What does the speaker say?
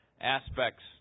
aspects